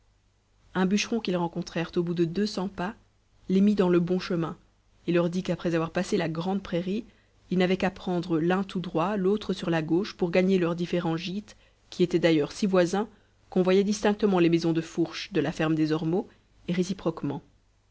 un bûcheron qu'ils rencontrèrent au bout de deux cents pas les mit dans le bon chemin et leur dit qu'après avoir passé la grande prairie ils n'avaient qu'à prendre l'un tout droit l'autre sur la gauche pour gagner leurs différents gîtes qui étaient d'ailleurs si voisins qu'on voyait distinctement les maisons de fourche de la ferme des ormeaux et réciproquement